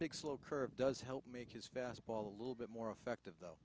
big slow curve does help make his fastball a little bit more effective though